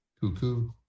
Cuckoo